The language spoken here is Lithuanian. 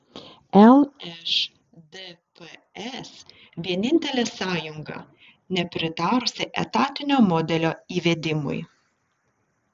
lšdps vienintelė sąjunga nepritarusi etatinio modelio įvedimui